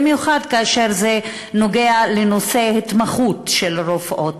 במיוחד כאשר זה נוגע לנושא ההתמחות של רופאות.